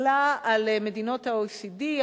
הסתכלו על מדינות ה-OECD,